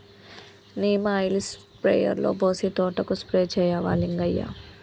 neem oil స్ప్రేయర్లో పోసి తోటకు స్ప్రే చేయవా లింగయ్య